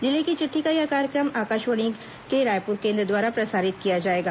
जिले की चिट्ठी का यह कार्यक्रम आकाशवाणी के रायपुर केंद्र द्वारा प्रसारित किया जाएगा